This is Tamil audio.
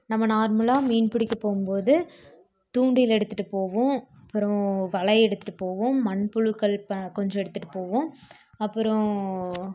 நம்ம நார்மலாக மீன்பிடிக்க போகும்போது தூண்டில் எடுத்துகிட்டு போவோம் அப்புறோம் வலை எடுத்துகிட்டு போவோம் மண் புழுக்கள் ப கொஞ்சம் எடுத்துகிட்டு போவோம் அப்புறம்